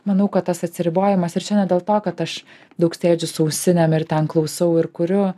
manau kad tas atsiribojimas ir čia ne dėl to kad aš daug sėdžiu su ausinėm ir ten klausau ir kuriu